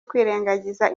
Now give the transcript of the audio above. kwirengangiza